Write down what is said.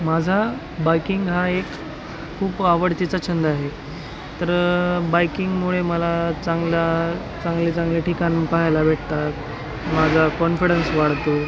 माझा बायकिंग हा एक खूप आवडतीचा छंद आहे तरं बायकिंगमुळे मला चांगला चांगले चांगले ठिकाण पाहायला भेटतात माझा कॉन्फिडन्स वाढतो